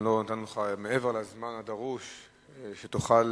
נתנו לך מעבר לזמן הדרוש כדי שתוכל